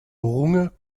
runge